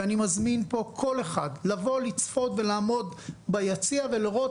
אני מזמין פה כל אחד לבוא לצפות ולעמוד ביציע ולראות